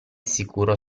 sicuro